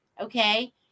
Okay